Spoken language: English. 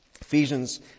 Ephesians